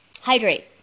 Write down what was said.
Hydrate